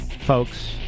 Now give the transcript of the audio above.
folks